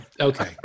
Okay